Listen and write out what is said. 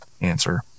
answer